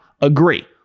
Agree